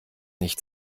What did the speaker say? nicht